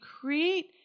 create